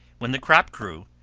when the crop grew,